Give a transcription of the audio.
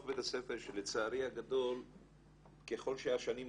בית הספר שלצערי הגדול ככל שהשנים נוקפות,